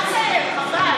חבל.